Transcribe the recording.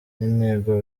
n’intego